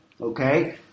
okay